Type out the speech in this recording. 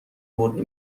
برده